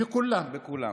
בכולם.